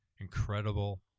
incredible